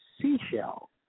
seashell